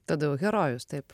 tada jau herojus taip